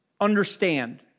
understand